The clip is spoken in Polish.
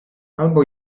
albo